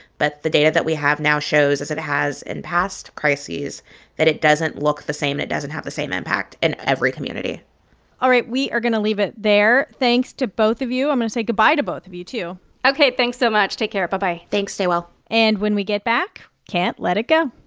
but the data that we have now shows as it it has in past crises that it doesn't look the same, it doesn't have the same impact in every community all right. we are going to leave it there. thanks to both of you. i'm going to say goodbye to both of you, too ok. thanks so much. take care. bye-bye thanks. stay well and when we get back, can't let it go